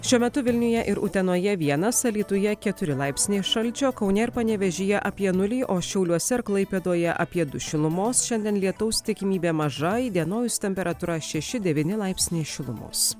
šiuo metu vilniuje ir utenoje vienas alytuje keturi laipsniai šalčio kaune ir panevėžyje apie nulį o šiauliuose ir klaipėdoje apie du šilumos šiandien lietaus tikimybė maža įdienojus temperatūra šeši devyni laipsniai šilumos